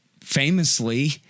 famously